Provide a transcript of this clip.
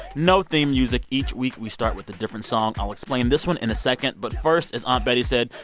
no theme music each week we start with a different song. i'll explain this one in a second. but first, as aunt betty said,